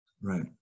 right